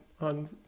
on